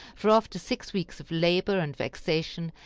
for after six weeks of labor and vexation,